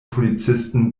polizisten